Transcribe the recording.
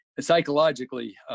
psychologically